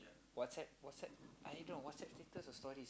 WhatsApp WhatsApp I don't know WhatsApp status or story